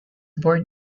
born